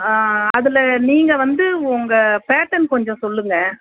ஆ அதில் நீங்கள் வந்து உங்கள் பேட்டேர்ன் கொஞ்சம் சொல்லுங்கள்